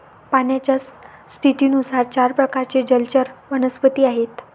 पाण्याच्या स्थितीनुसार चार प्रकारचे जलचर वनस्पती आहेत